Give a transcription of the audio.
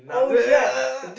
nah I'm just uh uh